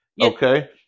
Okay